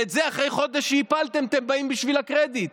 ובזה, חודש אחרי שהפלתם, אתם באים בשביל הקרדיט.